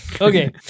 Okay